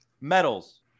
medals